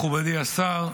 מכובדי השר,